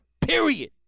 Period